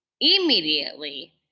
immediately